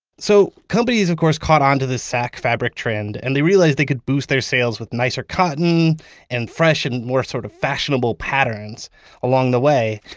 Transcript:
so, companies, of course, caught onto this sack fabric trend, and they realized they could boost their sales with nicer cotton and fresh and more sort of fashionable patterns along the way.